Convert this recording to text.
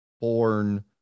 born